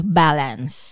balance